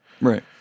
Right